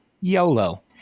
yolo